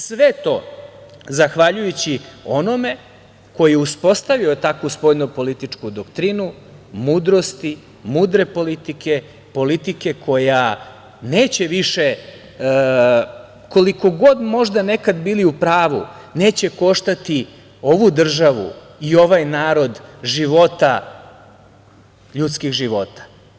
Sve to zahvaljujući onome koji je uspostavio takvu spoljnopolitičku doktrinu, mudrosti, mudre politike, politike koja neće više, koliko god možda nekad bili u pravu, neće koštati ovu državu i ovaj narod ljudskih života.